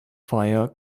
fire